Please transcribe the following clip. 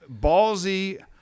ballsy-